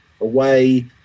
away